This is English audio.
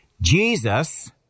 Jesus